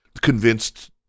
convinced